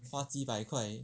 花几百块